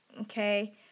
Okay